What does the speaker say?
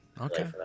Okay